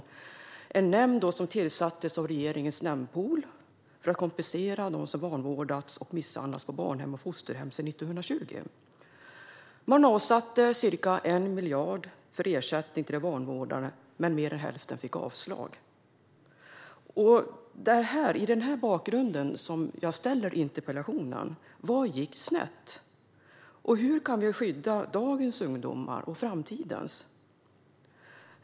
Det var en nämnd som tillsattes av regeringens "nämndpool" för att kompensera dem som vanvårdats och misshandlats på barnhem och fosterhem sedan 1920. Man avsatte ca 1 miljard för ersättning till de vanvårdade, men mer än hälften fick avslag. Det är mot den bakgrunden som jag ställt interpellationen. Vad gick snett, och hur kan vi skydda dagens och framtidens ungdomar?